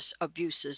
abuses